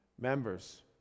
members